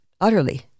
utterly